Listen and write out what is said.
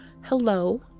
hello